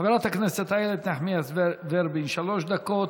חברת הכנסת איילת נחמיאס ורבין, שלוש דקות.